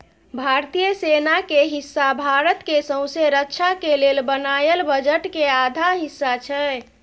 भारतीय सेना के हिस्सा भारत के सौँसे रक्षा के लेल बनायल बजट के आधा हिस्सा छै